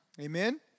Amen